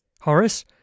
Horace